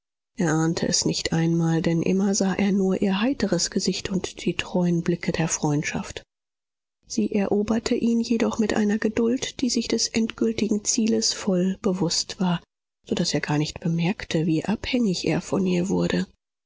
er ahnte es nicht einmal denn immer sah er nur ihr heiteres gesicht und die treuen blicke der freundschaft sie eroberte ihn jedoch mit einer geduld die sich des endgültigen zieles voll bewußt war so daß er gar nicht bemerkte wie abhängig er von ihr wurde